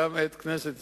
אלא גם את כנסת ישראל.